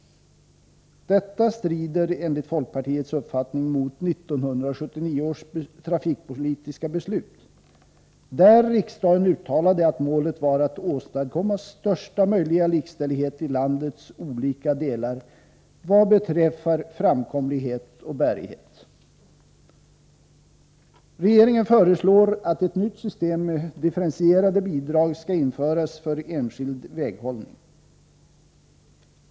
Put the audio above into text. Detta strider enligt folkpartiets uppfattning mot 1979 års trafikpolitiska beslut, där riksdagen uttalade att målet var att åstadkomma största möjliga likställighet i landets olika delar vad beträffar framkomlighet och bärighet. Regeringen förslår att ett nytt system med differentierade bidrag skall införas för enskild väghållning.